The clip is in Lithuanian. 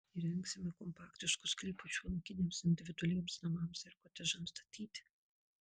įrengsime kompaktiškus sklypus šiuolaikiniams individualiems namams ir kotedžams statyti